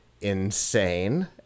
insane